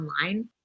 online